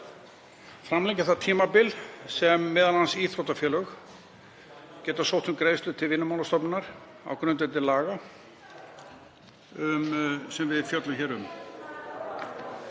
framlengja það tímabil sem m.a. íþróttafélög geta sótt um greiðslur til Vinnumálastofnunar á grundvelli þeirra laga sem við fjöllum hér um.